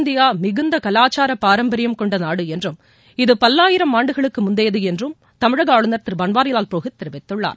India மிகுந்த கலாச்சாரப் பாரம்பரியம் கொண்ட நாடு என்றும் இது பல்லாயிரம் ஆண்டுகளுக்கு முந்தையது என்றும் ஆளுநர் திரு பன்வாரிவால் புரோஹித் தெரிவித்துள்ளார்